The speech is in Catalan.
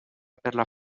per